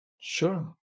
Sure